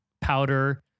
Powder